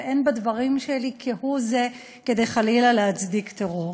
ואין בדברים שלי כהוא זה כדי, חלילה, להצדיק טרור.